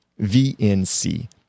vnc